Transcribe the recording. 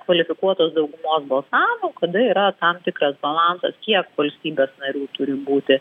kvalifikuotos daugumos balsavimu kada yra tam tikras balansas kiek valstybės narių turi būti